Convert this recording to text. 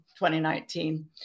2019